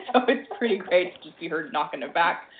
so it's pretty great to see her knocking it back.